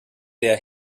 der